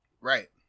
Right